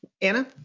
Anna